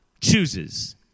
chooses